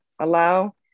allow